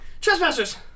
Trespassers